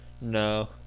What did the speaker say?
No